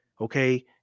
okay